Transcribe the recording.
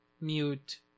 mute